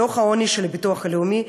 דוח העוני של הביטוח הלאומי,